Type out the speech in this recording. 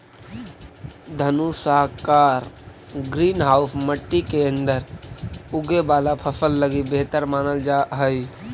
धनुषाकार green house मट्टी के अंदर उगे वाला फसल लगी बेहतर मानल जा हइ